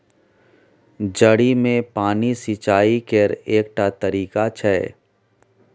जड़ि मे पानि सिचाई केर एकटा तरीका छै